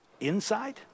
inside